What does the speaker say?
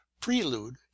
prelude